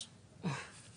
בהודעות,